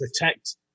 protect